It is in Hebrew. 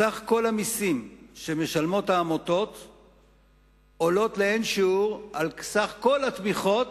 סך כל המסים שהעמותות משלמות עולה לאין שיעור על סך כל התמיכות,